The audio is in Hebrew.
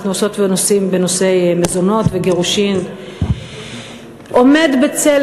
עושות ועושים בנושא מזונות וגירושין עומדים בצל,